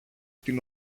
την